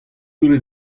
dre